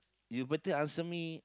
you better answer me